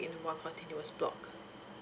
in the one continuous block